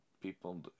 people